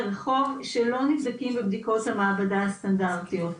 רחוב שלא נבדקים בבדיקות המעבדה הסטנדרטיות.